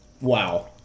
wow